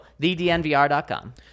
thednvr.com